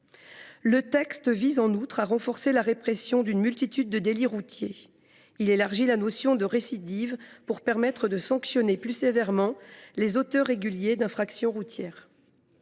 Le texte vise en outre à renforcer la répression d’une multitude de délits routiers. Il élargit la notion de récidive afin de sanctionner plus sévèrement les auteurs réguliers d’infractions routières.